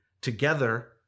together